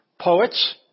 poets